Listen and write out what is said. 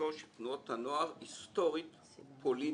לזכור שתנועות הנוער היסטורית ופוליטית,